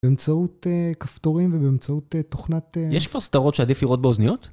באמצעות כפתורים ובאמצעות תוכנת... יש כבר סדרות שעדיף לראות באוזניות?